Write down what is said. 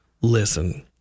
listen